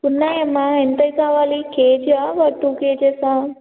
ఉన్నాయమ్మా ఎంతవి కావలి కేజీవ టూ కేజీసా